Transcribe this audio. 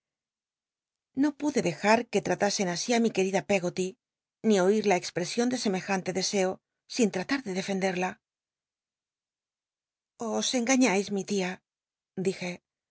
no pude dejar que tratasen así lí mi querida peggoty ni oir la expresion de semejante deseo sin tratar de defenderla os engañais mi tia dije